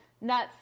nuts